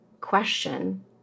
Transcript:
question